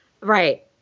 Right